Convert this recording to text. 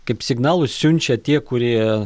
kaip signalus siunčia tie kurie